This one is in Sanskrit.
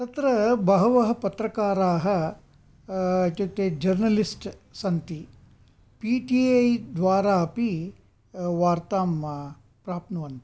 तत्र बहवः पत्रकाराः इत्युक्ते जर्नलिस्ट् सन्ति पि टि ऐ द्वारा अपि वार्तां प्राप्नुवन्ति